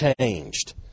changed